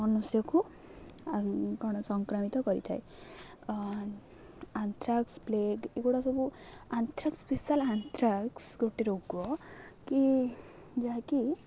ମନୁଷ୍ୟକୁ ଆଉ କ'ଣ ସଂକ୍ରାମିତ କରିଥାଏ ଆଂଥ୍ରାକ୍ସ ପ୍ଲେଗ ଏଗୁଡ଼ାକ ସବୁ ଆଂଥ୍ରାକ୍ସ ସ୍ପେଶାଲ ଆଂଥ୍ରାକ୍ସ ଗୋଟେ ରୋଗ କି ଯାହାକି